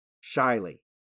shyly